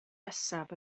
nesaf